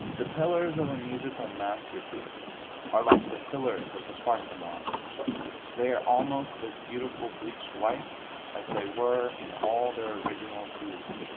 the pillars of a musical masterpiece are like the pillars of the parthenon they are almost as beautiful bleached white as they were in all their original hues.